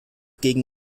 gegen